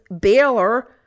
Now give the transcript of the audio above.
Baylor